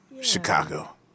Chicago